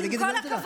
מה לעשות?